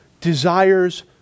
desires